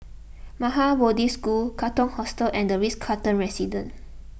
Maha Bodhi School Katong Hostel and the Ritz Carlton Residences